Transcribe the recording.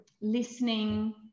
listening